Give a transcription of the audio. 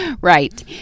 Right